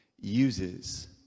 uses